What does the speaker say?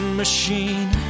machine